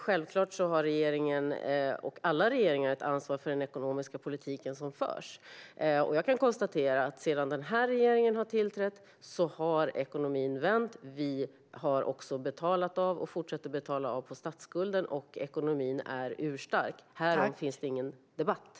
Självklart har regeringen - och alla regeringar - ansvar för den ekonomiska politik som förs. Jag kan konstatera att ekonomin har vänt sedan denna regering tillträdde. Vi har också betalat av på statsskulden och fortsätter att göra det. Ekonomin är urstark - om detta råder ingen diskussion.